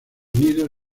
nido